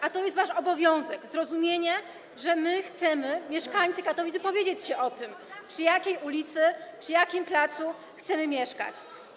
A to jest wasz obowiązek - zrozumienie, że my, mieszkańcy Katowic, chcemy wypowiedzieć się o tym, przy jakiej ulicy, przy jakim placu chcemy mieszkać.